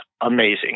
amazing